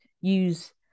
use